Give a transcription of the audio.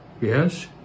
yes